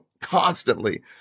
constantly